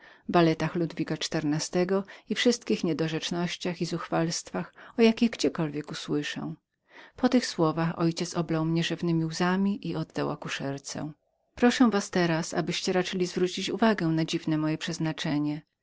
baletach ludwika xiv i wszystkich niedorzecznościach i zuchwalstwach o jakich gdziekolwiek usłyszę po tych słowach mój ojciec oblał mnie rzewnemi łzami i oddał akuszerce proszę was teraz abyście raczyli uważać na dziwne moje przeznaczenie